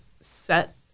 set